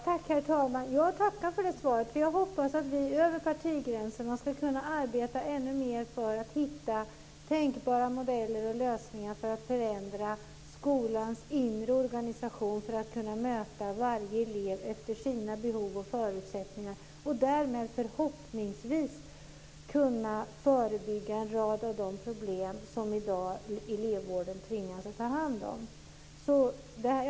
Herr talman! Jag tackar för det svaret. Jag hoppas att vi över partigränserna ska kunna arbeta ännu mer med att hitta tänkbara modeller och lösningar för att förändra skolans inre organisation, så att vi kan möta alla elever med tanke på deras behov och förutsättningar och därmed förhoppningsvis kan förebygga en rad av de problem som man i dag tvingas ta hand om i elevvården.